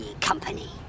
company